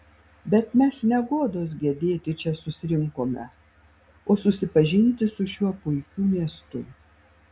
bet mes ne godos gedėti čia susirinkome o susipažinti su šiuo puikiu miestu